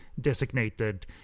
designated